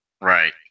Right